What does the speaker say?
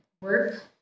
work